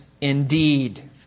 indeed